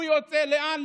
הוא יוצא, לאן?